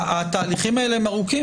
התהליכים האלה ארוכים,